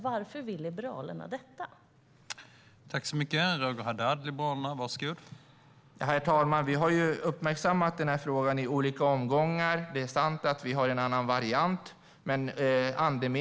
Varför vill Liberalerna det, Roger Haddad?